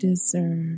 Deserve